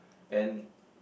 and